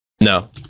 No